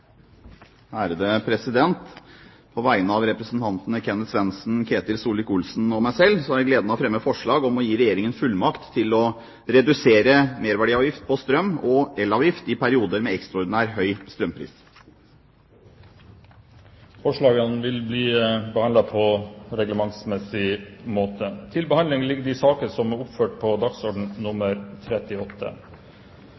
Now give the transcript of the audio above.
På vegne av representantene Kenneth Svendsen, Ketil Solvik-Olsen og meg selv har jeg gleden av å fremme forslag om å gi Regjeringen fullmakt til å redusere merverdiavgift på strøm og elektrisitetsavgift i perioder med ekstraordinær høy strømpris. Forslagene vil bli behandlet på reglementsmessig måte.